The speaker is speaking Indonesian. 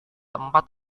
empat